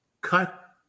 cut